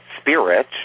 spirit